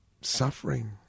suffering